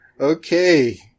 Okay